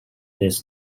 this